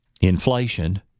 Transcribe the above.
inflation